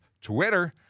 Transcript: Twitter